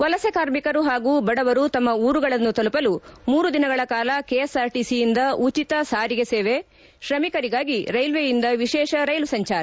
ವಲಸೆ ಕಾರ್ಮಿಕರು ಹಾಗೂ ಬಡವರು ತಮ್ಮ ಊರುಗಳನ್ನು ತಲುಪಲು ಮೂರು ದಿನಗಳ ಕಾಲ ಕೆಎಸ್ಆರ್ಟಿಸಿಯಿಂದ ಉಚಿತ ಸಾರಿಗೆ ಸೇವೆ ಶ್ರಮಿಕರಿಗಾಗಿ ರೈಲ್ವೆಯಿಂದ ವಿಶೇಷ ರೈಲು ಸಂಚಾರ